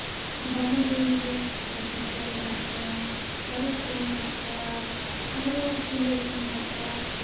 ᱰᱟᱸᱰᱳ ᱵᱩᱨᱩ ᱨᱮ ᱦᱟᱹᱛᱤ ᱠᱚ ᱢᱮᱱᱟᱜ ᱠᱚᱣᱟ ᱛᱟᱹᱨᱩᱵ ᱠᱚ ᱢᱮᱱᱟᱜ ᱠᱚᱣᱟ ᱟᱨᱚ ᱠᱩᱞᱟᱹᱭ ᱠᱚ ᱢᱮᱱᱟᱜ ᱠᱚᱣᱟ